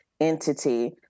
entity